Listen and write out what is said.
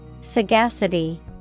Sagacity